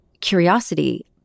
curiosity